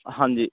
ਹਾਂਜੀ